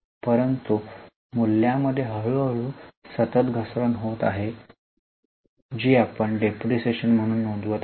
परंतु मूल्येमध्ये हळूहळू आणि सतत घसरण होत आहे जी आपण डिप्रीशीएशन म्हणून नोंदवित आहोत